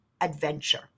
adventure